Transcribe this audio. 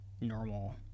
normal